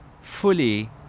fully